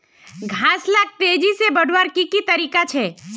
घास लाक तेजी से बढ़वार की की तरीका छे?